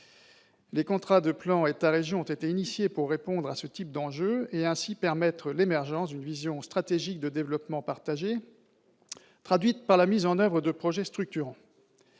Les contrats de plan État-région ont été conçus pour répondre à ce type d'enjeu et pour permettre ainsi l'émergence d'une vision stratégique partagée de développement, traduite par la mise en oeuvre de projets structurants.